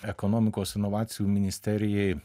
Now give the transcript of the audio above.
ekonomikos inovacijų ministerijai